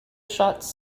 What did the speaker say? shots